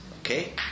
Okay